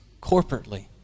corporately